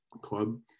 club